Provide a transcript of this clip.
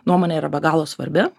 nuomonė yra be galo svarbi